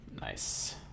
Nice